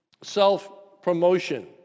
self-promotion